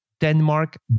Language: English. Denmark